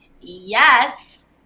yes